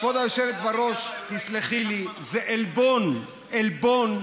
כבוד היושבת בראש, תסלחי לי, זה עלבון, עלבון